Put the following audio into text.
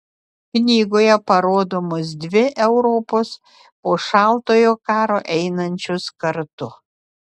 knygoje parodomos dvi europos po šaltojo karo einančios kartu